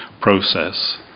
process